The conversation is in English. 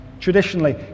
traditionally